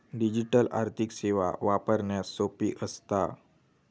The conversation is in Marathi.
डिजिटल आर्थिक सेवा वापरण्यास सोपी असता